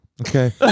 Okay